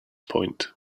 point